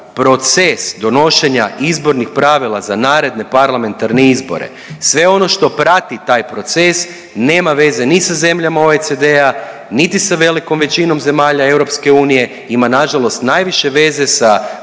proces donošenja izbornih pravila za naredne parlamentarne izbore, sve ono što prati taj proces nema veze ni sa zemljama OECD-a, niti sa velikom većinom zemalja EU, ima nažalost najviše veze sa